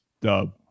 Dub